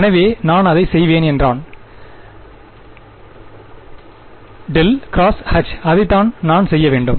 எனவே நான்அதை செய்வேன் என்றான் ∇×Hஅதைத்தான் நான் செய்ய வேண்டும்